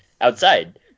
outside